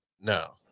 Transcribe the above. No